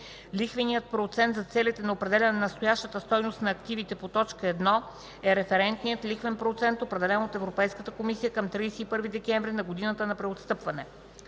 лихвеният процент за целите на определяне на настоящата стойност на активите по т. 1 е референтният лихвен процент, определен от Европейската комисия, към 31 декември на годината на преотстъпване.”